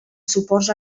suports